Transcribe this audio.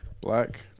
Black